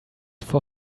for